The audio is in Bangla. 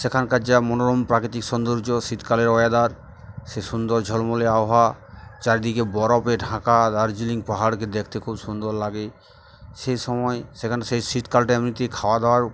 সেখানকার যা মনোরম প্রাকৃতিক সৌন্দর্য শীতকালের ওয়েদার সে সুন্দর ঝলমলে আবহাওয়া চারিদিকে বরফে ঢাকা দার্জিলিং পাহাড়কে দেখতে খুব সুন্দর লাগে সেই সময় সেখানে সেই শীতকালটা এমনিতেই খাওয়া দাওয়ার